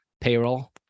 payroll